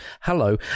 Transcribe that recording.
Hello